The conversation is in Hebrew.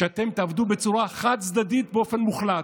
אתם תעבדו בצורה חד-צדדית באופן מוחלט.